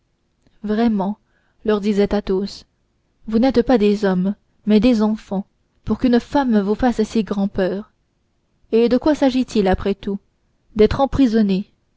vraiment leur disait athos vous n'êtes pas des hommes mais des enfants pour qu'une femme vous fasse si grand-peur et de quoi s'agit-il après tout d'être emprisonnés